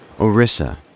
Orissa